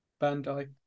Bandai